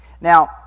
Now